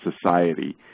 society